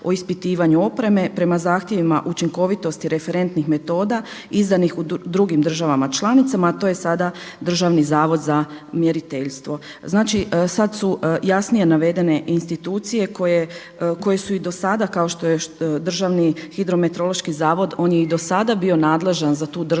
o ispitivanju opreme prema zahtjevima učinkovitosti referentnih metoda izdanih u drugim državama članicama, a to je sada Državni zavod za mjeriteljstvo. Znači sada su jasnije navedene institucije koje su i do sada kao što je DHMZ on je i do sada bio nadležan za tu državnu